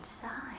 side